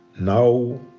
Now